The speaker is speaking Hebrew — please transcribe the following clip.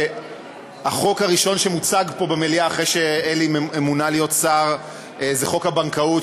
שהחוק הראשון שמוצג פה במליאה אחרי שאלי מונה להיות שר זה חוק הבנקאות,